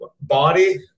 Body